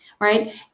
right